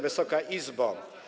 Wysoka Izbo!